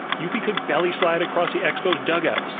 you could could belly slide across the expos dugout,